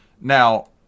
Now